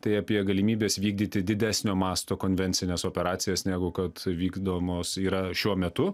tai apie galimybes vykdyti didesnio masto konvencines operacijas negu kad vykdomos yra šiuo metu